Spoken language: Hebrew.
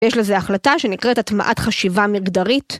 יש לזה החלטה שנקראת הטמעת חשיבה מגדרית.